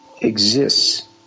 exists